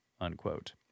unquote